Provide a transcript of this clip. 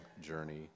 journey